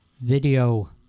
Video